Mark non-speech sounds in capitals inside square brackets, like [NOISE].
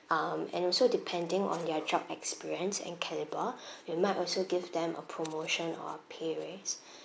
um and also depending on their job experience and calibre [BREATH] we might also give them a promotion or a pay raise [BREATH]